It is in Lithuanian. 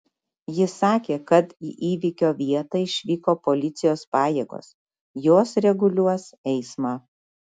ji sakė kad į įvykio vietą išvyko policijos pajėgos jos reguliuos eismą